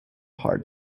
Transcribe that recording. hard